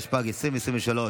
התשפ"ג 2023,